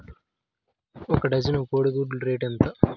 ఒక డజను కోడి గుడ్ల రేటు ఎంత?